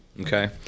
Okay